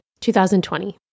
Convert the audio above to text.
2020